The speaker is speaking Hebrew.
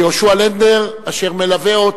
יהושע לנדנר אשר מלווה את